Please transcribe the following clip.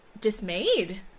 dismayed